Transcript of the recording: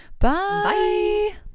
bye